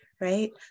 right